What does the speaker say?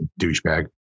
douchebag